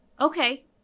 Okay